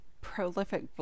prolific